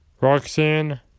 Roxanne